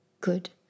good